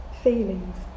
Feelings